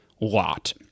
lot